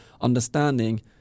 understanding